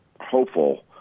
hopeful